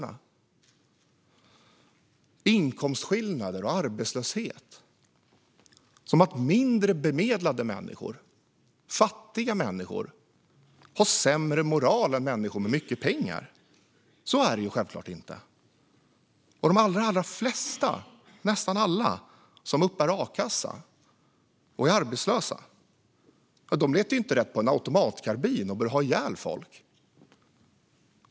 När det gäller inkomstskillnader och arbetslöshet är det som att mindre bemedlade människor - fattiga människor - har sämre moral än människor med mycket pengar. Så är det självklart inte. De allra flesta - nästan alla - som uppbär a-kassa och är arbetslösa letar inte rätt på en automatkarbin och börjar ha ihjäl folk.